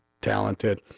talented